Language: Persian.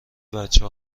بچه